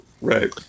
right